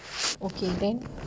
okay then